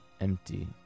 empty